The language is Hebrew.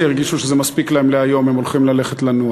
הרגישו שזה מספיק להם להיום והם יכולים ללכת לנוח.